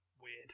weird